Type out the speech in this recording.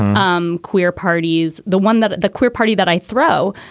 um queer parties, the one that the queer party that i throw,